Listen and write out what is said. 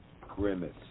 grimace